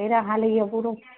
पहिरां हाली इहो पूरो